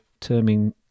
terming